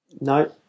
no